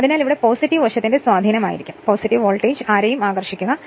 അതിനാൽ ഇവിടെ പോസിറ്റീവ് വംശത്തിന്റെ സ്വാധീനം ആയിരിക്കും പോസിറ്റീവ് വോൾടേജ് ആയിരിക്കും ആകർഷിക്കുക